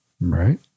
Right